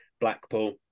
Blackpool